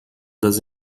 das